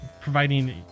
providing